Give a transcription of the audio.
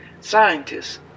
scientists